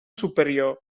superior